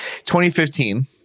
2015